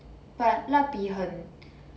but 蜡笔很